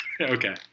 okay